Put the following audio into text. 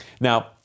Now